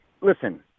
listen